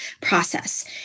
process